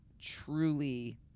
truly